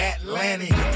Atlantic